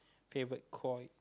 favourite core